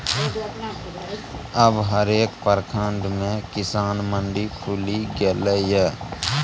अब हरेक प्रखंड मे किसान मंडी खुलि गेलै ये